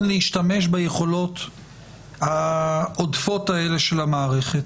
להשתמש ביכולות העודפות האלה של המערכת.